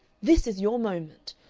this is your moment.